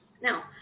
Now